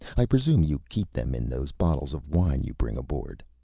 i presume you keep them in those bottles of wine you bring aboard?